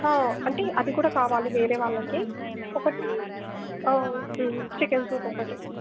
అంటే అది కూడా కావాలి వేరే వాళ్ళకి ఒకటి చికెన్ సూప్ ఒకటి